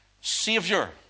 Savior